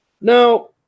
Now